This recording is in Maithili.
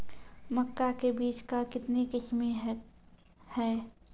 मक्का के बीज का कितने किसमें हैं?